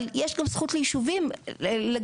אבל יש גם זכות ליישובים להגיד,